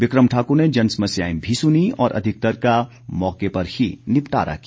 बिक्रम ठाकुर ने जनसमस्याएं भी सुनीं और अधिकतर का मौके पर ही निपटारा किया